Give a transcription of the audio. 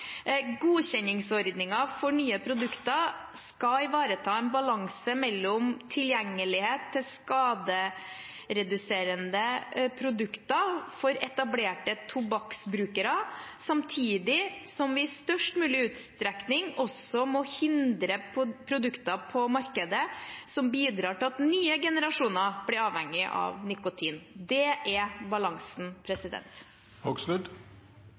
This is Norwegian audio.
for nye produkter skal ivareta en balanse mellom tilgjengelighet til skadereduserende produkter for etablerte tobakksbrukere samtidig som vi i størst mulig utstrekning må forhindre at vi får produkter på markedet som bidrar til at nye generasjoner blir avhengige av nikotin. Det er balansen.